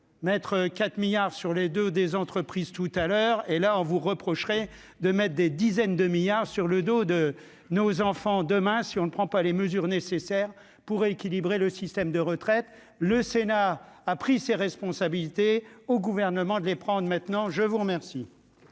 n'être 4 milliards sur les deux des entreprises tout à l'heure, et là on vous reprocherait de mettre des dizaines de milliards sur le dos de nos enfants demain, si on ne prend pas les mesures nécessaires pour équilibrer le système de retraite, le Sénat a pris ses responsabilités au gouvernement de les prendre maintenant, je vous remercie.